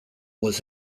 was